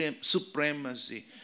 supremacy